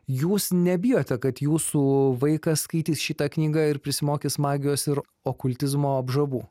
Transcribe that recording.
jūs nebijote kad jūsų vaikas skaitys šitą knygą ir prisimokys magijos ir okultizmo apžavų